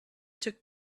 took